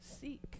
seek